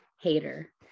hater